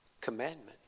commandment